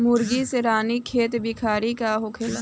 मुर्गी में रानीखेत बिमारी का होखेला?